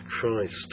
Christ